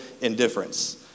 indifference